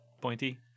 pointy